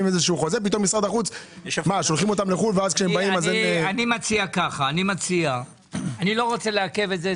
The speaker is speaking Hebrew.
פתאום משרד החוץ שולחים אותם לחו"ל- -- אני לא רוצה לעכב את זה,